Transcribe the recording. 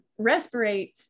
respirates